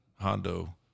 Hondo